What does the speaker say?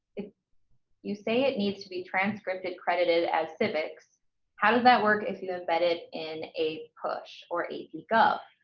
if you say it needs to be transcripted credited as civics how does that work if you've embedded in a push or a teacup